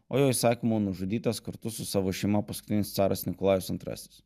o įsakmu nužudytas kartu su savo šeima paskutinis caras nikolajus antrasis